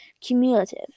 cumulative